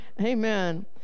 amen